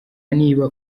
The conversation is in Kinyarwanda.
niba